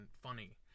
funny